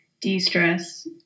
de-stress